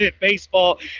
Baseball